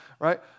right